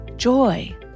Joy